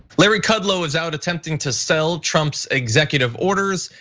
larry kudlow is out attempting to sell trump's executive orders,